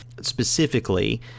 specifically